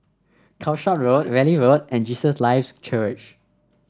Calshot Road Valley Road and Jesus Lives Church